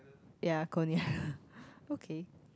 ya Konia okay